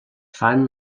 fan